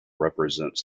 represents